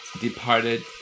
departed